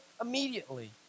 immediately